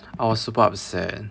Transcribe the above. I was super upset